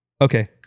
okay